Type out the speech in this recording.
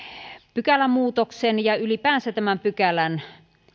pykälämuutoksen ja ylipäänsä tämän pykälän